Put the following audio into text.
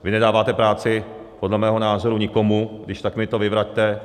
Vy nedáváte práci podle mého názoru nikomu, kdyžtak mi to vyvraťte.